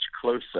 closer